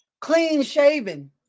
clean-shaven